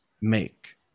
make